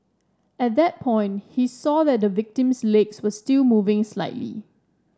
at that point he saw that the victim's legs were still moving slightly